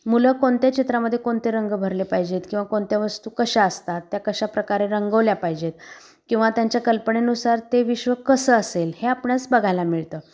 मुलं कोणत्या चित्रामध्ये कोणते रंग भरले पाहिजेत किंवा कोणत्या वस्तू कशा असतात त्या कशा प्रकारे रंगवल्या पाहिजेत किंवा त्यांच्या कल्पनेनुसार ते विश्व कसं असेल हे आपणस बघायला मिळतं